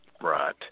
Right